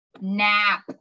nap